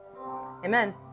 Amen